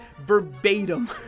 verbatim